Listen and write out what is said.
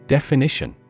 Definition